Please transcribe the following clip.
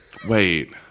Wait